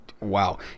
Wow